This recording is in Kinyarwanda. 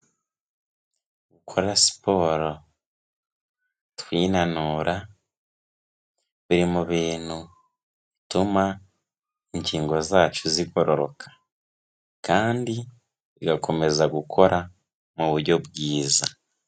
Gukora siporo twinanura biri mu bintu bituma ingingo zacu zigororoka kandi zigakomeza gukora mu buryo bwiza.